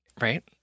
Right